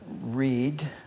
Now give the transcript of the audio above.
read